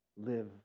live